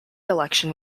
election